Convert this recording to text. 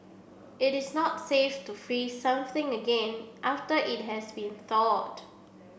it is not safe to freeze something again after it has been thawed